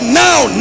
now